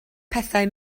pethau